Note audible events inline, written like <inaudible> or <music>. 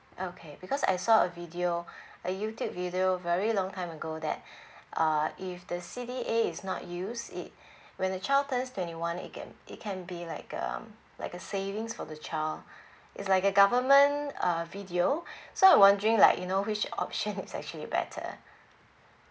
okay because I saw a video <breath> a youtube video very long time ago that <breath> uh if the C_D_A is not use it when the child turns twenty one it can it can be like um like a savings for the child <breath> is like a government uh video so I wondering like you know which option <laughs> is actually better